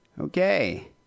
Okay